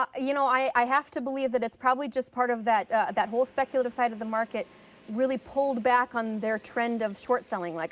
ah you know i i have to believe that it's probably just part of that that whole speculative side of the market really pulled back on their trend of short selling. like